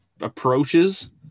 approaches